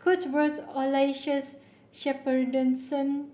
Cuthbert Aloysius Shepherdson